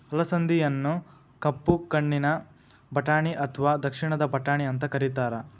ಅಲಸಂದಿಯನ್ನ ಕಪ್ಪು ಕಣ್ಣಿನ ಬಟಾಣಿ ಅತ್ವಾ ದಕ್ಷಿಣದ ಬಟಾಣಿ ಅಂತ ಕರೇತಾರ